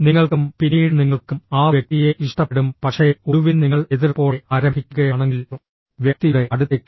നിങ്ങൾക്കും പിന്നീട് നിങ്ങൾക്കും ആ വ്യക്തിയെ ഇഷ്ടപ്പെടും പക്ഷേ ഒടുവിൽ നിങ്ങൾ എതിർപ്പോടെ ആരംഭിക്കുകയാണെങ്കിൽ വ്യക്തിയുടെ അടുത്തേക്ക്